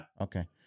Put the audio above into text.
Okay